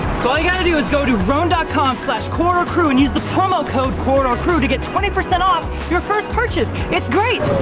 so i gotta do is go to rome and calm so score accrue and use the promo code corridor crew to get twenty percent off your first purchase it's great